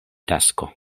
tasko